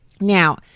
Now